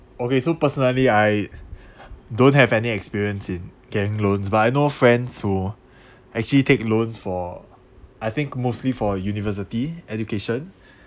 okay so personally I don't have any experience in getting loans but I know friends who actually take loans for I think mostly for a university education